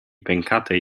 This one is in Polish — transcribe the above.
pękatej